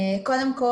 קודם כל,